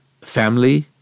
family